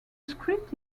script